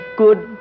good